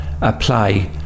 apply